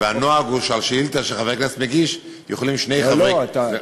הנוהג הוא שעל שאילתה שחבר כנסת מגיש יכולים שני חברי כנסת,